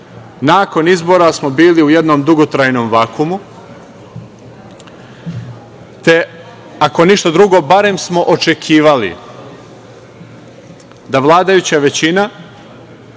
nakon izbora smo bili u jednom dugotrajnom vakuumu, te ako ništa drugo, barem smo očekivali da vladajuća većina